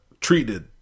treated